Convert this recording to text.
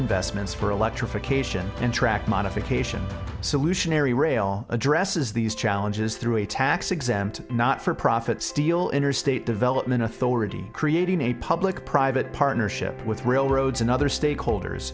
investments for electrification and track modification solution ery rail addresses these challenges through a tax exempt not for profit steel interstate development authority creating a public private partnership with railroads and other stakeholders